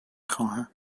خواهم